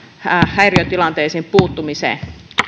häiriötilanteisiin puuttumiseen